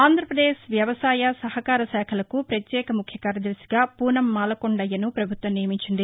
ఆంధ్రప్రదేశ్ వ్యవసాయ సహకార శాఖలకు పత్యేక ముఖ్య కార్యదర్భిగా పూసం మాలకొండయ్యను ప్రభుత్వం నియామించింది